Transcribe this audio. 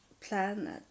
planet